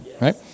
right